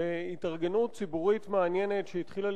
להתארגנות ציבורית מעניינת שהתחילה